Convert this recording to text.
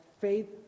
faith